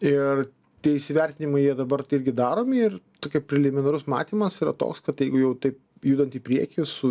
ir tie įsivertinimai jie dabar tai irgi daromi ir tokia preliminarus matymas yra toks kad jeigu jau taip judant į priekį su